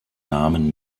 namen